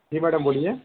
जी madam बोलिए